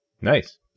Nice